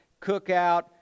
cookout